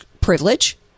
privilege